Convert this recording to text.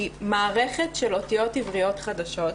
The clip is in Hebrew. היא מערכת של אותיות עבריות חדשות.